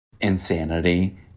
insanity